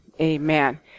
Amen